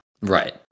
Right